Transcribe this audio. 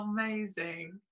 Amazing